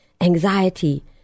anxiety